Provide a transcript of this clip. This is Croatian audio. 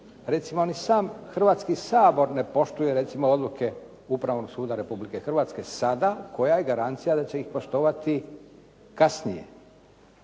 Recimo, ni sam Hrvatski sabor ne poštuje recimo odluke Upravnog suda Republike Hrvatske sada. Koja je garancija da će ih poštovati kasnije?